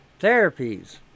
therapies